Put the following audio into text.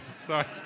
Sorry